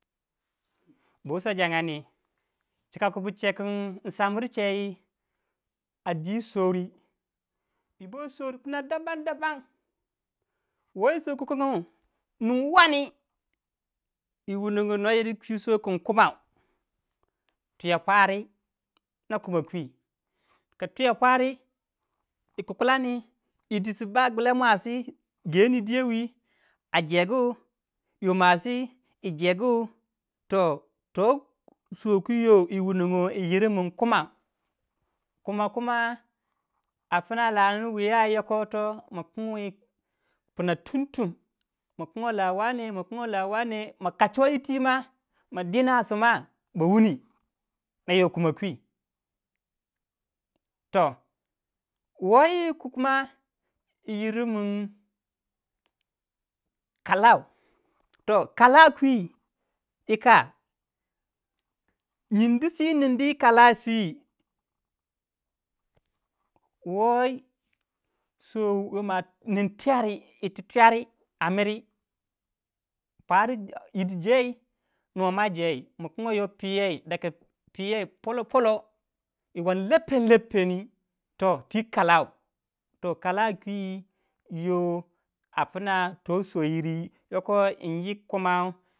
Bu wusa jangandi. chi ka, ku buche kin in sambir chei a dwi souri. yi bwei souri pina daban daban wei souw kikun yu ning wandi yi wuna nyu no yir kwi souw kin kumau. tuye pwari na kumau kwi. ka tuye pwari yi kukulani yidi si ba gula mwasi gendi a jegu masi yi jegu toh toh souw kwi yo yi wunonyo yi yir mun kumau. kumau kuma a puna lani wuyay yoko yitoh ma kingi wau pina tum tum. ma kinguwai la wane. ma kacho yiti ma ma dina suma ba wuni na yoh kumau kwi. toh wei ku kuma yi yir mum kalau, toh kalau kwi yika nyindi swiyi nin yi kala swi woyi sow yo ma nin tuyari a miri. Pwari idiy jey nwa ma jey ma kin guwai piye poloh poloh yi wandi lepen lependi to twi kalau. toh kalau kwi yo a pna to souw yiri.